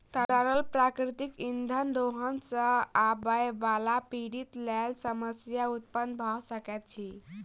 तरल प्राकृतिक इंधनक दोहन सॅ आबयबाला पीढ़ीक लेल समस्या उत्पन्न भ सकैत अछि